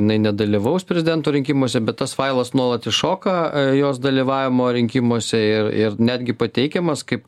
jinai nedalyvaus prezidento rinkimuose bet tas failas nuolat iššoka jos dalyvavimo rinkimuose ir ir netgi pateikiamas kaip